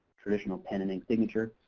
traditional pen and ink signature.